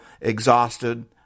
exhausted